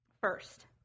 First